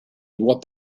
doit